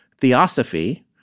Theosophy